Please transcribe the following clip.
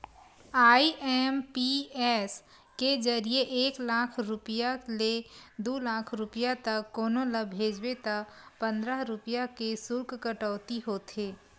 IMPS के जरिए एक लाख रूपिया ले दू लाख रूपिया तक कोनो ल भेजबे त पंद्रह रूपिया के सुल्क कटउती होथे